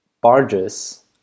barges